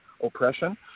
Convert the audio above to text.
oppression